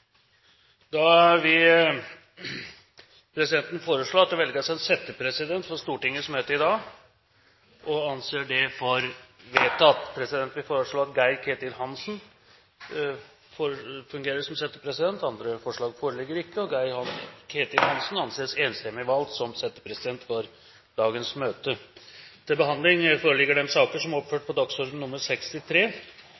Presidenten vil foreslå at det velges en settepresident for Stortingets møte i dag – og anser det som vedtatt. Presidenten foreslår Geir-Ketil Hansen. – Andre forslag foreligger ikke, og Geir-Ketil Hansen anses enstemmig valgt som settepresident for dagens møte. Før sakene på dagens kart tas opp til behandling,